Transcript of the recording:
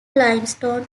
limestone